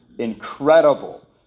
incredible